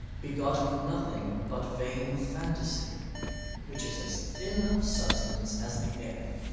begot of nothing but vain fantasy which is as thin of substance as the air,